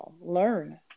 learn